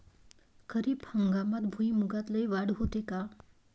खरीप हंगामात भुईमूगात लई वाढ होते का?